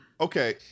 Okay